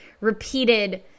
repeated